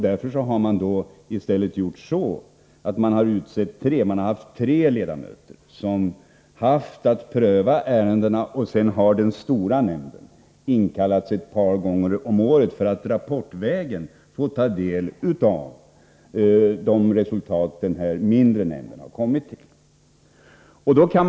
Därför har man i stället utsett tre ledamöter som haft att pröva ärendena, och den stora nämnden har inkallats ett par gånger om året för att rapportvägen få ta del av de resultat som de mindre nämnderna kommit fram till.